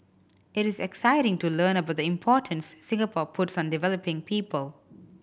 it is exciting to learn about the importance Singapore puts on developing people